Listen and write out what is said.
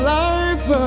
life